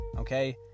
Okay